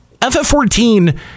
ff14